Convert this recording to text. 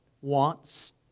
wants